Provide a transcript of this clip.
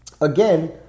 again